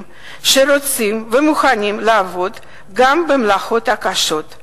שרוצים ומוכנים לעבוד גם במלאכות קשות.